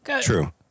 True